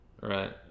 Right